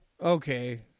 okay